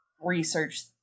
research